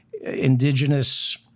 indigenous